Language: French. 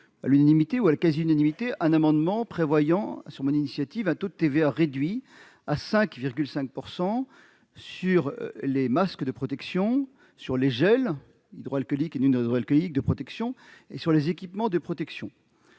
Sénat avait voté à la quasi-unanimité un amendement prévoyant, sur mon initiative, un taux de TVA réduit à 5,5 % sur les masques de protection, sur les gels hydroalcooliques et non hydroalcooliques de protection, ainsi que sur les équipements de protection.